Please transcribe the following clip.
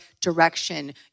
direction